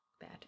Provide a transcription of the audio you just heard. Bad